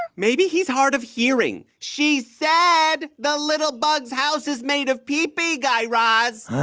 maybe he's hard of hearing. she said the little bug's house is made of pee-pee, guy raz